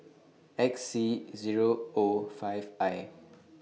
X C Zero O five I